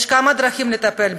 יש כמה דרכים לטפל בזה,